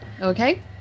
Okay